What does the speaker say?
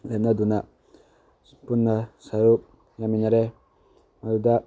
ꯂꯦꯞꯅꯗꯨꯅ ꯄꯨꯟꯅ ꯁꯔꯨꯛ ꯌꯥꯃꯤꯟꯅꯔꯦ ꯑꯗꯨꯗ